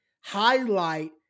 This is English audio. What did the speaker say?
highlight